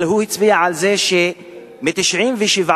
אבל הוא הצביע על זה ש-97 חקירות